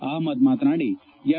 ಅಹಮದ್ ಮಾತನಾಡಿ ಎಂ